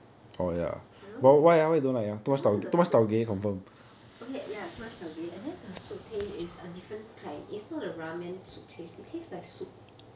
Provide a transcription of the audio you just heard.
I don't like I don't like the soup okay ya too much taugeh and then the soup taste is a different kind is not the ramen soup taste it taste like soup